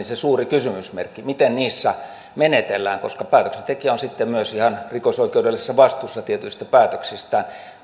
se suuri kysymysmerkki miten niissä menetellään koska päätöksentekijä on sitten myös ihan rikosoikeudellisessa vastuussa tietyistä päätöksistään